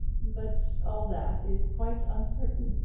but all that is quite uncertain,